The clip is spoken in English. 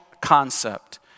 concept